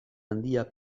handia